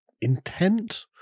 intent